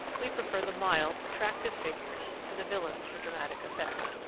we prefer the mild, attractive figures to the villains for dramatic effect.